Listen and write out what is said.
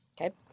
Okay